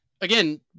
Again